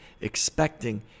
expecting